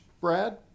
Brad